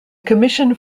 commission